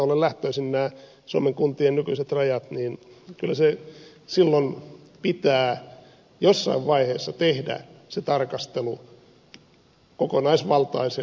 kun nämä suomen kuntien nykyiset rajat eivät kai ole ihan jumalasta lähtöisin niin kyllä se silloin pitää jossain vaiheessa tehdä se tarkastelu kokonaisvaltaisesti